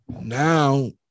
now